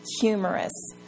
humorous